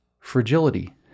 fragility